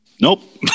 Nope